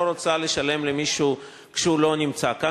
רוצה לשלם למישהו כשהוא לא נמצא כאן.